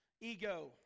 ego